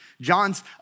John's